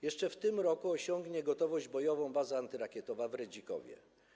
Jeszcze w tym roku osiągnie gotowość bojową baza antyrakietowa w Redzikowie.